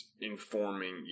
informing